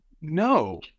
no